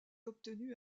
obtenu